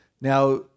Now